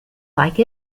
like